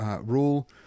rule